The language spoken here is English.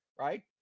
Right